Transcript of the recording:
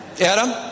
Adam